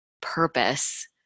purpose